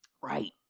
Right